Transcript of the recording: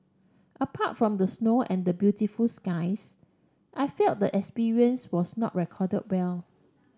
apart from the snow and the beautiful skies I felt the experience was not recorded well